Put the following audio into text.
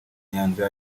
nyanja